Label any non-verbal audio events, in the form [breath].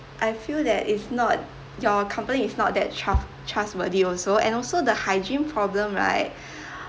I feel that it's not your company is not that trust~ trustworthy also and also the hygiene problem right [breath]